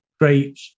great